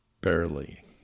barely